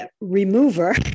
remover